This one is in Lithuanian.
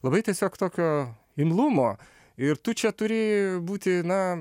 labai tiesiog tokio imlumo ir tu čia turi būti na